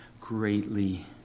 greatly